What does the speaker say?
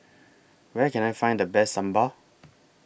Where Can I Find The Best Sambar